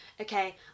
okay